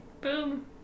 Boom